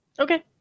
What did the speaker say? Okay